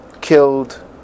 killed